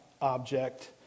Object